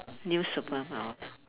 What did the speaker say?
new superpower